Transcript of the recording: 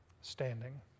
standing